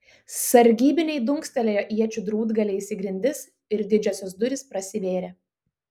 sargybiniai dunkstelėjo iečių drūtgaliais į grindis ir didžiosios durys prasivėrė